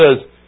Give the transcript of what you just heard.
says